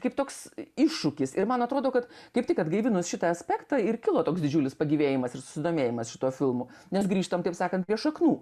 kaip toks iššūkis ir man atrodo kad kaip tik atgaivinus šitą aspektą ir kilo toks didžiulis pagyvėjimas ir susidomėjimas šituo filmu nes grįžtam taip sakant prie šaknų